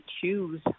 choose